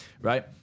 right